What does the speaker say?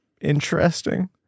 interesting